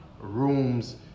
rooms